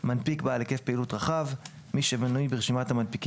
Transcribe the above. "מנפיק בעל היקף פעילות רחב" מי שמנוי ברשימת המנפיקים